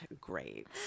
great